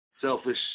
selfish